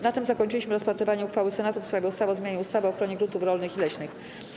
Na tym zakończyliśmy rozpatrywanie uchwały Senatu w sprawie ustawy o zmianie ustawy o ochronie gruntów rolnych i leśnych.